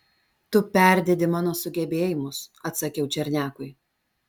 tu perdedi mano sugebėjimus atsakiau černiakui